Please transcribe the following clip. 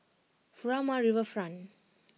Furama Riverfront